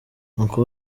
uncle